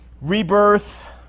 Rebirth